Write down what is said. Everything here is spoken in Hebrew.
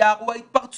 היער הוא ההתפרצויות.